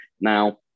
Now